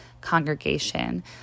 congregation